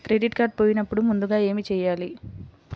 Credit card పోయినపుడు ముందుగా ఏమి చేయాలి?